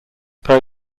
per